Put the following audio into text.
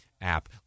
app